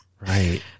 right